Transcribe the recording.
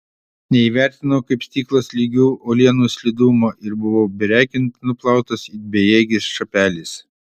neįvertinau kaip stiklas lygių uolienų slidumo ir buvau beregint nuplautas it bejėgis šapelis